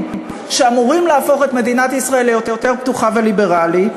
שאמורים להפוך את מדינת ישראל לפתוחה יותר וליברלית.